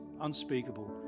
unspeakable